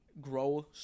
grow